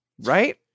right